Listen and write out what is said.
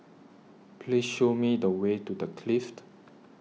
Please Show Me The Way to The Clift